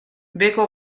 beheko